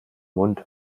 mund